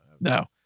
No